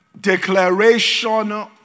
declaration